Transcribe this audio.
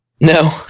No